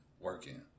working